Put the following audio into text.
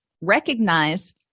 recognize